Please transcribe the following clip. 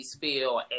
feel